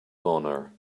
honor